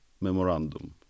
memorandum